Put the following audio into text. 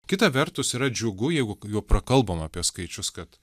kita vertus yra džiugu jeigu jau prakalbom apie skaičius kad